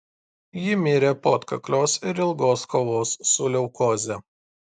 ji mirė po atkaklios ir ilgos kovos su leukoze